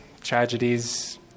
tragedies